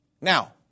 Now